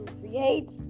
create